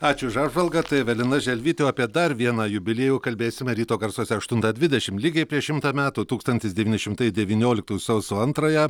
ačiū už apžvalgą tai evelina želvytė o apie dar vieną jubiliejų kalbėsime ryto garsuose aštuntą dvidešim lygiai prieš šimtą metų tūkstantis devyni šimtai devynioliktųjų sausio antrąją